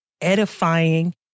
edifying